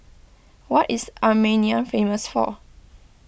what is Armenia famous for